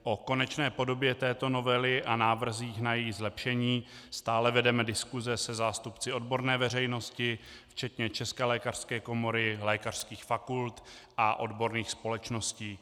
O konečné podobě této novely a návrzích na její zlepšení stále vedeme diskuse se zástupci odborné veřejnosti včetně České lékařské komory, lékařských fakult a odborných společností.